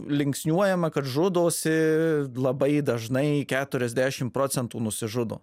linksniuojama kad žudosi labai dažnai keturiasdešim procentų nusižudo